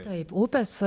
taip upės